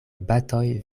batoj